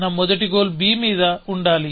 నా మొదటి గోల్b మీద ఉండాలి